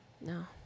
No